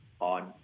on